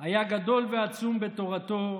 היה גדול ועצום בתורתו,